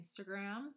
Instagram